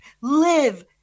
live